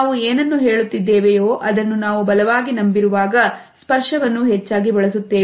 ನಾವು ಏನನ್ನು ಹೇಳುತ್ತಿದ್ದೇವೆ ಯೋ ಅದನ್ನು ನಾವು ಬಲವಾಗಿ ನಂಬಿರುವಾಗ ಸ್ಪರ್ಶವನ್ನು ಹೆಚ್ಚಾಗಿ ಬಳಸುತ್ತೇವೆ